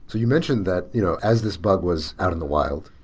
so you mentioned that you know as this bug was out in the wild,